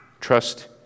Trust